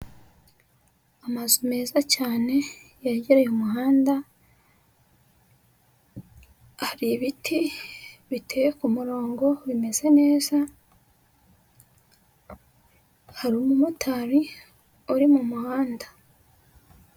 Amazu meza cyane yegereye umuhanda, hari ibiti biteye ku murongo bimeze neza hari umumotari uri mu muhanda.